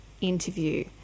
interview